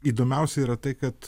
įdomiausia yra tai kad